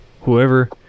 whoever